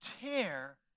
tear